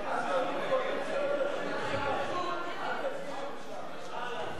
הצעת חוק-יסוד: זכויות חברתיות נתקבלה.